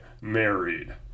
married